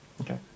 Okay